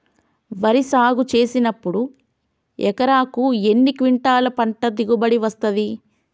వరి సాగు చేసినప్పుడు ఎకరాకు ఎన్ని క్వింటాలు పంట దిగుబడి వస్తది?